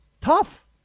Tough